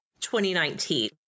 2019